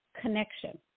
connection